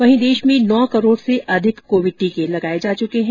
वहीं देश में नौ करोड़ से अधिक कोविड टीके लगाए जा चुके हैं